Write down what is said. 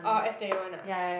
orh F twenty one ah